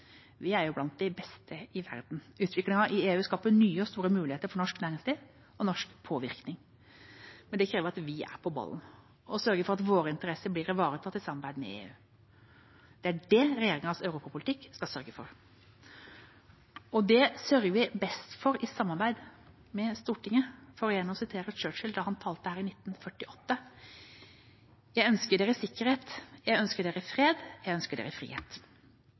er noe vi kan. Vi er blant de beste i verden. Utviklingen i EU skaper nye og store muligheter for norsk næringsliv og norsk påvirkning. Men det krever at vi er på ballen og sørger for at våre interesser blir ivaretatt i samarbeidet med EU. Det er det regjeringas europapolitikk skal sørge for. Det sørger vi best for i samarbeid med Stortinget. For igjen å sitere Churchill da han talte her i 1948: Jeg ønsker dere sikkerhet, jeg ønsker dere fred, jeg ønsker dere frihet.